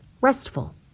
restful